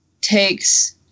takes